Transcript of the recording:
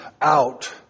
out